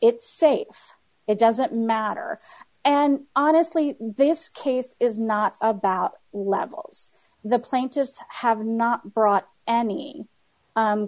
it's safe it doesn't matter and honestly this case is not about levels the plaintiffs have not brought any